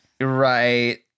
Right